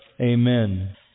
Amen